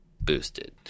boosted